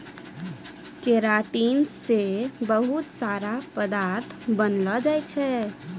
keratin से बहुत सारा पदार्थ बनलो जाय छै